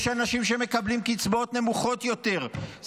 יש אנשים שמקבלים קצבאות נמוכות יותר,